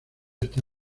está